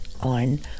on